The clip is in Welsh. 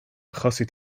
achosi